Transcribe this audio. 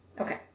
Okay